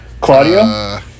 Claudio